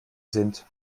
sind